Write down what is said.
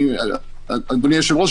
אדוני היושב-ראש,